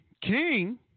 King